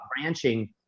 branching